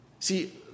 See